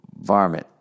varmint